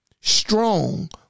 strong